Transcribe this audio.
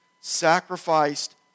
sacrificed